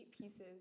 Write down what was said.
pieces